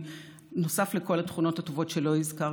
בנוסף לכל התכונות הטובות שלא הזכרתי,